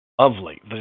lovely